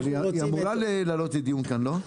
היא אמורה לעלות לדיון כאן לא?